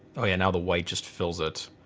oh yeah now the white just fills it.